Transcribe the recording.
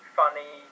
funny